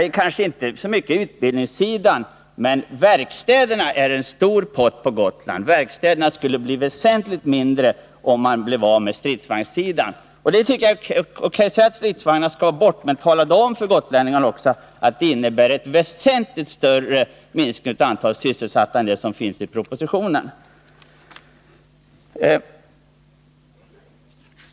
Det kanske stämmer i fråga om utbildningen, men verkstäderna är en stor pott på Gotland. Sysselsättningen på verkstäderna skulle minska väsentligt om stridsvagnarna försvann. Tala om för gotlänningarna att den minskningen av antalet sysselsatta skulle bli betydligt större än den blir enligt propositionens förslag!